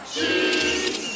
Cheese